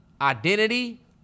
Identity